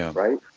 um right?